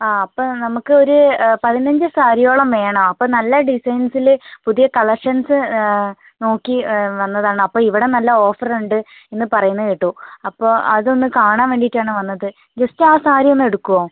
ആ അപ്പം നമുക്ക് ഒരു പതിനഞ്ച് സാരിയോളം വേണം അപ്പം നല്ല ഡിസൈൻസിൽ പുതിയ കളക്ഷൻസ് നോക്കി വന്നതാണ് അപ്പം ഇവിടെ നല്ല ഓഫർ ഉണ്ടെന്ന് പറയുന്നത് കേട്ടു അപ്പം അത് ഒന്ന് കാണാൻ വേണ്ടിയിട്ട് ആണ് വന്നത് ജസ്റ്റ് ആ സാരി ഒന്ന് എടുക്കുമോ